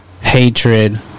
hatred